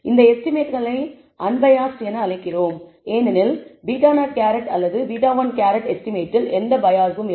இந்த எஸ்டிமேட்களை அன்பயாஸ்ட் என அழைக்கிறோம் ஏனெனில் β̂₀ அல்லது β̂1 எஸ்டிமேட்டில் எந்த பயாஸ்சும் இல்லை